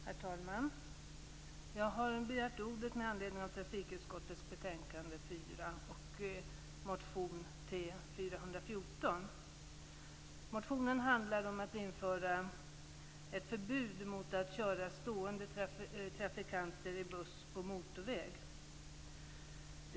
Herr talman! Jag har begärt ordet med anledning av trafikutskottets betänkande 4 och motion T414.